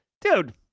dude